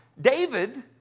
David